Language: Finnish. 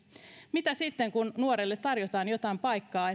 mitä sitten kun nuorelle tarjotaan jotain paikkaa